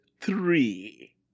three